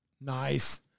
Nice